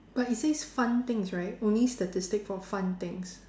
but it says fun things right only statistics for fun things